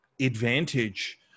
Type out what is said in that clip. advantage